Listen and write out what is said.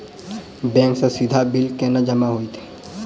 Bank सँ सीधा bill केना जमा होइत?